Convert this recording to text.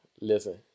Listen